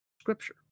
scripture